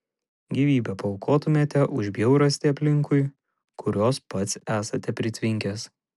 gyvybę paaukotumėte už bjaurastį aplinkui kurios pats esate pritvinkęs